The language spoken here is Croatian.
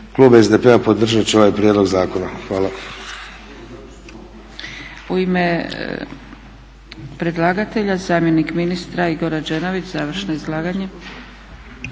Klub SDP-a podržati će ovaj prijedlog zakona. Hvala.